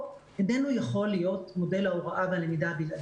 אינו יכול להיות מודל להוראה ולמידה בלעדי.